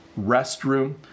restroom